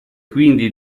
quindi